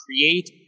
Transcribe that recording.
create